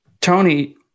Tony